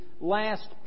last